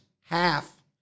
half